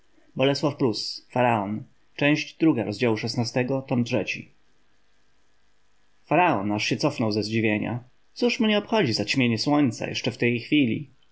słońca faraon aż się cofnął ze zdziwienia cóż mnie obchodzi zaćmienie słońca jeszcze w tej chwili